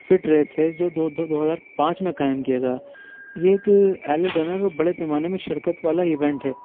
fit race ہے جو دو دو دو ہزار پانچ میں قائم کیا گیا یہ ایک ایل ڈنر بڑے پیمانے میں شرکت والا ایونٹ ہے